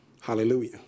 Hallelujah